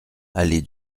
allée